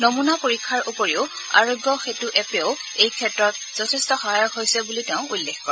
নমুনা পৰীক্ষাৰ উপৰিও আৰোগ্য সেতু এপৱো এই ক্ষেত্ৰত যথেষ্ট সহায়ক হৈছে বুলিও তেওঁ উল্লেখ কৰে